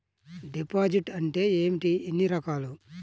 Deposit అంటే ఏమిటీ ఎన్ని రకాలు?